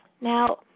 Now